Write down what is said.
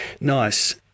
Nice